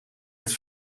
het